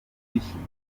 bishyizemo